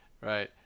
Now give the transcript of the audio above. right